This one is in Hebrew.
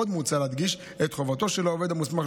עוד מוצע להדגיש את חובתו של העובד המוסמך